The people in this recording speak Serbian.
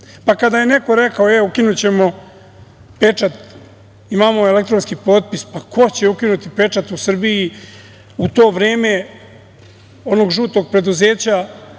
je neko rekao – evo, ukinućemo pečat, imamo elektronski potpis, pa ko će ukinuti pečat u Srbiji? U to vreme, onog žutog preduzeća,